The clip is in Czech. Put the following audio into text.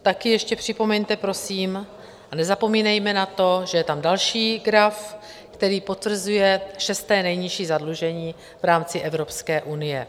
Taky ještě připomeňte prosím, a nezapomínejme na to, že je tam další graf, který potvrzuje šesté nejnižší zadlužení v rámci Evropské unie.